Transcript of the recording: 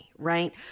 Right